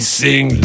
sing